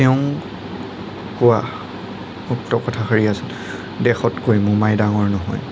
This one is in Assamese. তেওঁ কোৱা উক্ত কথাষাৰি আছিল দেশতকৈ মোমাই ডাঙৰ নহয়